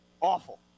Awful